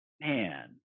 Man